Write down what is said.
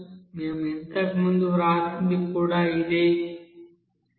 మేము ఇంతకు ముందు వ్రాసినది కూడా dnn dn20n